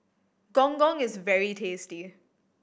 Gong Gong is very tasty